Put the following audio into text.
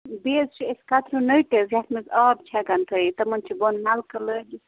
بیٚیہِ حظ چھِ أسۍ کَترِو نٔٹۍ حظ یتھ مںٛز آب چھِ ہٮ۪کان تھٲوِتھ تِمَن چھِ بۅنہٕ نَلکہٕ لٲگِتھ